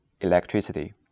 electricity